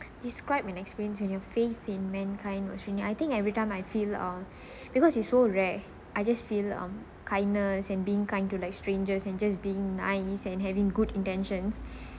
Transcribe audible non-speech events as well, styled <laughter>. describe an experience when your faith in mankind I think every time I feel uh <breath> because it's so rare I just feel um kindness and being kind to like strangers and just being nice and having good intentions